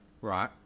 Right